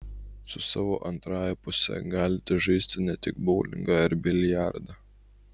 su savo antrąja puse galite žaisti ne tik boulingą ar biliardą